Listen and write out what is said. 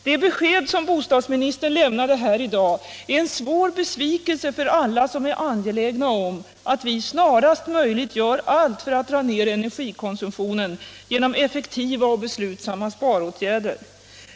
Det besked som bostadsministern lämnade här i dag är en svår besvikelse för alla som är angelägna om att vi snarast möjligt gör allt för att dra ner energikonsumtionen genom effektiva och beslutsamma sparåtgärder.